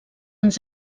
ens